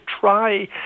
try